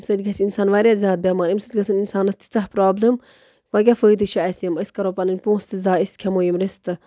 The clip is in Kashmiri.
اَمہِ سۭتۍ گژھِ اِنسان واریاہ زیادٕ بٮ۪مار اَمہِ سۭتۍ گژھِ اِسانَس تیٖژاہ پرٛابلِم وۅنۍ کیٛاہ فٲیِدٕ چھُ اَسہِ یِم أسۍ کَرو پۅنٛسہٕ تہِ ضایہِ أسۍ کھٮ۪مو یِم رِستہٕ